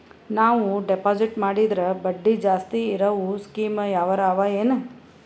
ನಾವು ಡೆಪಾಜಿಟ್ ಮಾಡಿದರ ಬಡ್ಡಿ ಜಾಸ್ತಿ ಇರವು ಸ್ಕೀಮ ಯಾವಾರ ಅವ ಏನ?